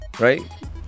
Right